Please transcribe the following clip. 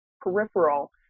peripheral